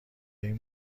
این